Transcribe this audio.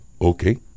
okay